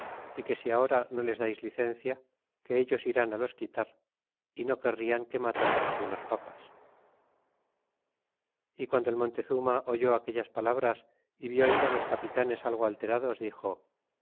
y que si ahora no les dais licencia que ellos irán á los quitar y no querrian que matasen algunos papas y guando el montezuma oyó aquellas palabras y vió ir á los capitanes algo alterados dixo